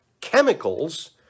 chemicals